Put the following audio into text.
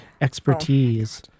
expertise